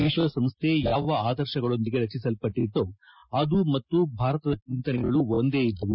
ವಿಶ್ವಸಂಸ್ಥೆ ಯಾವ ಆದರ್ಶಗಳೊಂದಿಗೆ ರಚಿಸಲ್ಪಟ್ಟಿತ್ತೋ ಅದು ಮತ್ತು ಭಾರತದ ಚಿಂತನೆಗಳು ಒಂದೇ ಇದ್ಲವು